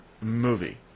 movie